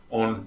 on